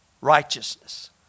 Righteousness